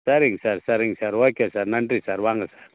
சரிங்க சார் சரிங்க sir okay sir நன்றி சார் வாங்க சார்